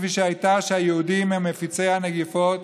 כפי שהייתה על כך שהיהודים הם מפיצי המגפות,